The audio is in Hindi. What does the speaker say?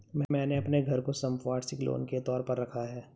मैंने अपने घर को संपार्श्विक लोन के तौर पर रखा है